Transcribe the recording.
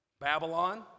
Babylon